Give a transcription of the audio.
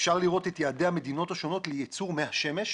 אפשר לראות את יעדי המדינות השונות לייצור מהשמש.